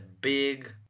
big